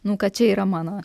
nu kad čia yra mano